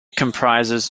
comprises